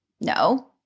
No